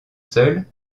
seules